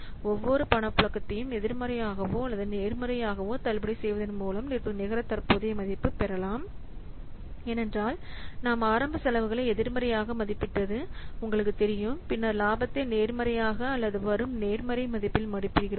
ஒவ்வொரு பணப்புழக்கத்தையும் எதிர்மறையாகவோ அல்லது நேர்மறையாகவோ தள்ளுபடி செய்வதன் மூலம் நிகர தற்போதைய மதிப்பைப் பெறலாம் ஏனென்றால் நாம் ஆரம்ப செலவுகளை எதிர்மறையாக மதிப்பிட்டது உங்களுக்கு தெரியும் பின்னர் இலாபத்தை நேர்மறையாக அல்லது வரும் நேர்மறை மதிப்பில் மதிப்பிடுகிறோம்